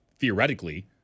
theoretically—